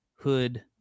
hood